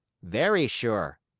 very sure!